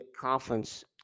conference